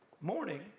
morning